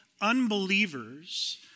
unbelievers